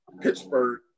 Pittsburgh